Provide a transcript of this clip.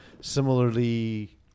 similarly